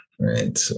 right